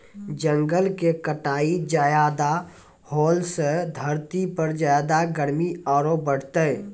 जंगल के कटाई ज्यादा होलॅ सॅ धरती पर ज्यादा गर्मी आरो बढ़तै